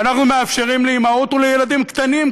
ואנחנו מאפשרים לאימהות ולילדים קטנים,